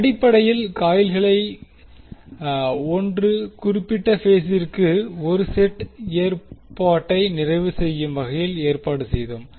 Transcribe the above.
அடிப்படையில் காயில்களை 1 குறிப்பிட்ட பேஸிற்கு 1 செட் ஏற்பாட்டை நிறைவு செய்யும் வகையில் ஏற்பாடு செய்தோம்